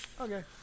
Okay